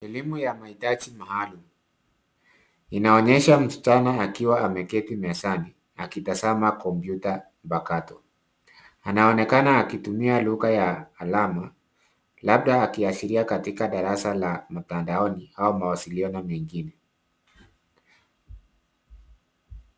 Elimu ya maitaji maalum. Inaonyesha msichana akiwa ameketi mezani akitazama kompyuta mpakato. Anaonekana akitumia lugha ya alama labda akiashira katika darasa la mtandaoni au mawasiliano mengine.